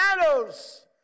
shadows